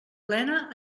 plena